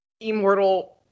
immortal